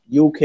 UK